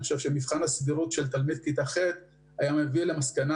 אני חושב שמבחן הסבירות של תלמיד כיתה ח' היה מביא למסקנה